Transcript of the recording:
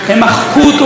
הם מחקו אותו.